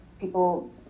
people